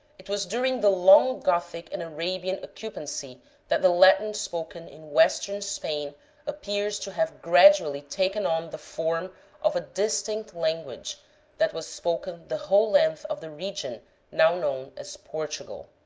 it was during the long gothic and arabian occupancy that the latin spoken in western spain appears to have gradually taken on the form of a distinct language that was spoken the whole length of the region now known as portugal.